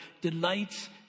delights